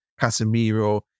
Casemiro